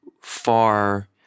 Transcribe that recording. far